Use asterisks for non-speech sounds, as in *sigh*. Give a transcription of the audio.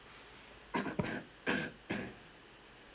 *coughs*